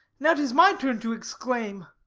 now tis my turn to exclaim!